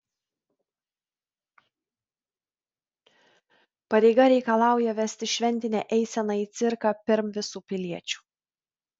pareiga reikalauja vesti šventinę eiseną į cirką pirm visų piliečių